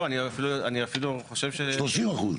30 אחוז?